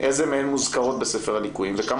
איזה מהן מוזכרות בספר הליקויים וכמה